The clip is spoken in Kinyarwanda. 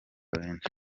benshi